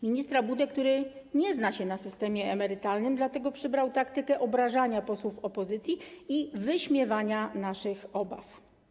Ministra Budę, który nie zna się na systemie emerytalnym, dlatego przybrał taktykę obrażania posłów opozycji i wyśmiewania naszych obaw.